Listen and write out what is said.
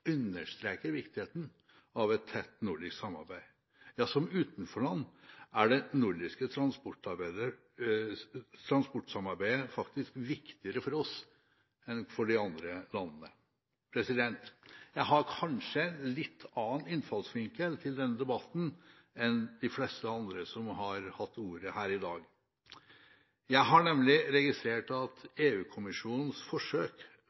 understreker viktigheten av et tett nordisk samarbeid. Som utenforland er det nordiske transportsamarbeidet faktisk viktigere for oss enn for de andre landene. Jeg har kanskje en litt annen innfallsvinkel til denne debatten enn de fleste andre som har hatt ordet her i dag. Jeg har nemlig registrert at EU-kommisjonens forsøk